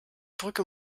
brücke